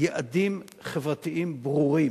יעדים חברתיים ברורים.